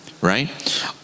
right